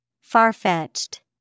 Far-fetched